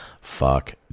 Fuck